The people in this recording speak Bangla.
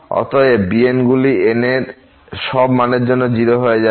অতএব এই bnগুলি n এর সব মানের জন্য 0 হবে